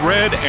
Red